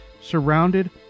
surrounded